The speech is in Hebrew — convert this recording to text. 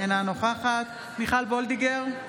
אינה נוכחת מיכל מרים וולדיגר,